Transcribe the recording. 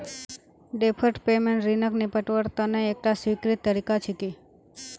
deferred payment ऋणक निपटव्वार तने एकता स्वीकृत तरीका छिके